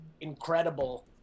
incredible